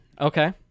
Okay